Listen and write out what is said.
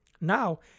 Now